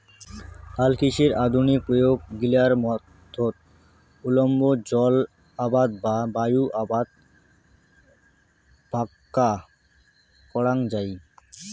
হালকৃষির আধুনিক প্রয়োগ গিলার মধ্যত উল্লম্ব জলআবাদ বা বায়ু আবাদ ভাক্কা করাঙ যাই